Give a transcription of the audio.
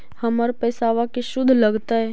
हमर पैसाबा के शुद्ध लगतै?